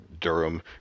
durham